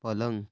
पलङ